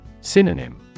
Synonym